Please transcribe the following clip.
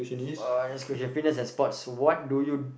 uh next question fitness and sports what do you